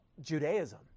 Judaism